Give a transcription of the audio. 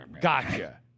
gotcha